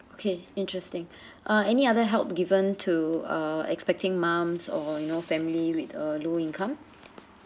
okay interesting uh any other help given to uh expecting mums or you know family with a low income